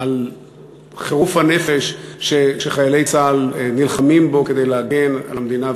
על חירוף הנפש שחיילי צה"ל נלחמים בו כדי להגן על המדינה,